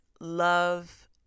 love